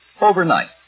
overnight